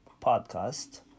podcast